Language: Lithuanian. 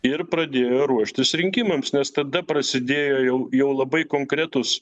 ir pradėjo ruoštis rinkimams nes tada prasidėjo jau jau labai konkretūs